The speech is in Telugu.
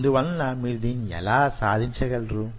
అందువలన మీరు దీన్ని యెలా సాధించగలరు